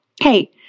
hey